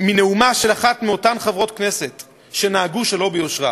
מנאומה של אחת מאותן חברות כנסת שנהגו שלא ביושרה: